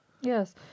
Yes